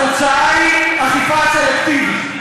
התוצאה היא אכיפה סלקטיבית.